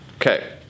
okay